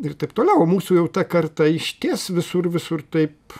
ir taip toliau o mūsų jau ta karta išties visur visur taip